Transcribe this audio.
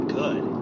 good